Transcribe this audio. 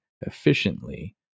efficiently